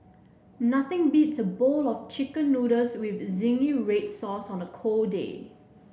nothing beats a bowl of chicken noodles with zingy red sauce on a cold day